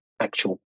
actual